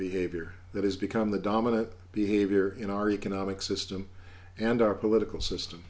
behavior that has become the dominant behavior in our economic system and our political system